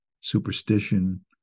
superstition